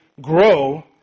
grow